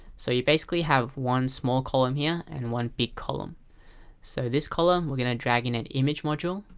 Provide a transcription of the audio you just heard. so you basically have one small column here and one big column so this column, we're gonna drag in an image module.